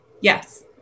Yes